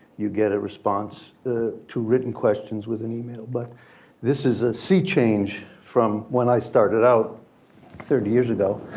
you get a response to written questions with an email. but this is a sea change from when i started out thirty years ago